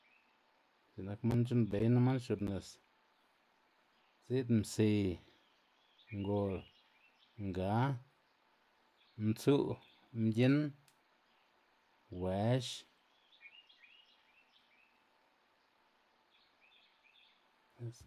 X̱i'k nak man c̲h̲u'nbeyná man xc̲h̲o'bnis zi'd msiy, ngol, nga, mtsu', mginn, wëx.